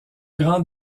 grand